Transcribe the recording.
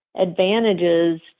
advantages